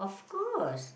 course